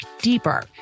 deeper